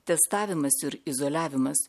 testavimas ir izoliavimas